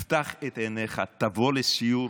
תפתח את עיניך, תבוא לסיור בדרום,